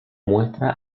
muestra